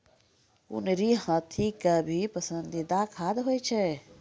कुनरी हाथी के भी पसंदीदा खाद्य होय छै